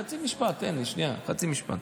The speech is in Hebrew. חצי משפט,